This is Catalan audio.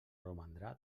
romandrà